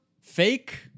fake